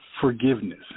forgiveness